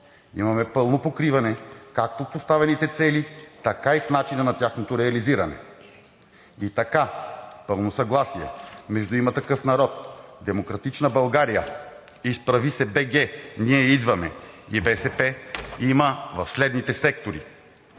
Имаме пълно покриване както в поставените цели, така и в начина на тяхното реализиране. И така – пълно съгласие между „Има такъв народ“, „Демократична България“, „Изправи се БГ! Ние идваме!“ и БСП има в следните сектори: